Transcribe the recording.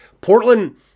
Portland